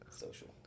social